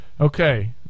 Okay